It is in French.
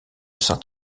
saint